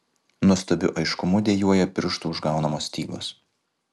nuostabiu aiškumu dejuoja pirštų užgaunamos stygos